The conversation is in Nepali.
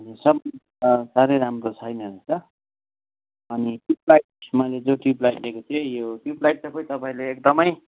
यो सब साह्रै राम्रो छैन रहेछ अनि ट्युब लाइट्स मैले जुन ट्युब लाइट लिएको थिएँ यो ट्युब लाइट त खोइ तपाईँले एकदमै